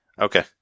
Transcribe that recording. Okay